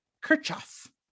Kirchhoff